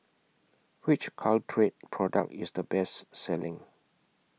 Which Caltrate Product IS The Best Selling